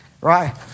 Right